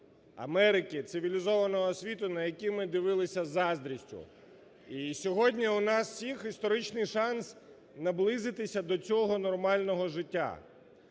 Америки, цивілізованого світу, на який ми дивилися із заздрістю. І сьогодні у нас всіх історичний шанс наблизитися до цього нормального життя.